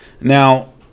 Now